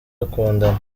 bakundana